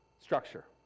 structure